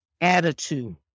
attitude